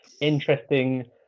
interesting